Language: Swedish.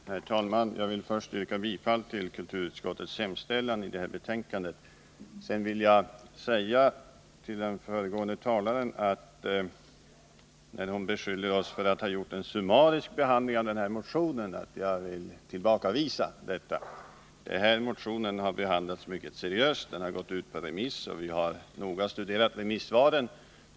Herr talman! Jag vill först yrka bifall till kulturutskottets hemställan i detta betänkande. Sedan vill jag säga till den föregående talaren, att när hon beskyller oss för att ha gjort en summarisk behandling av denna motion så tillbakavisar jag detta. Denna motion har behandlats mycket seriöst. Den har gått ut på remiss, och vi har noga studerat remissvaren.